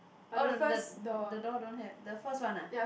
oh the the the door don't have the first one ah